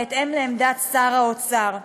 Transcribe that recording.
בהתאם לעמדת שר האוצר.